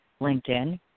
LinkedIn